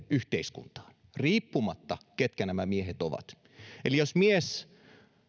yhteiskuntaan riippumatta siitä keitä nämä miehet ovat eli jos mies